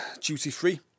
duty-free